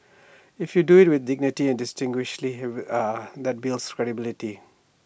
if you do IT with dignity distinguished that builds credibility